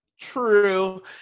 True